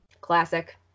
Classic